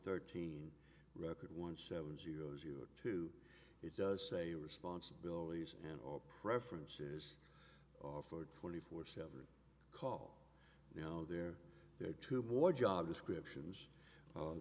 thirteen record one seven zero zero two it does say responsibilities and or preferences offered twenty four seven call you know they're there to more job descriptions